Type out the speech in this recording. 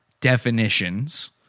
definitions